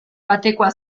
batekoa